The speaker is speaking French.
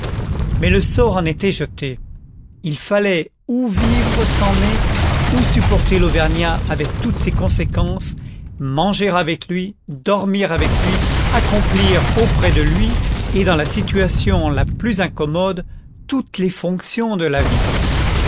mais le sort en était jeté fallait ou vivre sans nez ou supporter l'auvergnat avec toutes ses conséquences manger avec lui dormir avec lui accomplir auprès de lui et dans la situation la plus incommode toutes les fonctions de la vie